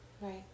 Right